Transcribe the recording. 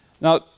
Now